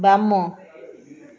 ବାମ